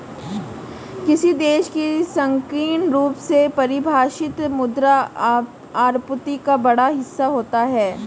किसी देश की संकीर्ण रूप से परिभाषित मुद्रा आपूर्ति का बड़ा हिस्सा होता है